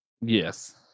Yes